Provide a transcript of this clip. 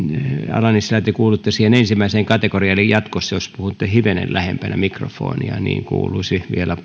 ala nissilä te kuulutte siihen ensimmäiseen kategoriaan eli jatkossa jos puhutte hivenen lähempänä mikrofonia kuuluisi vielä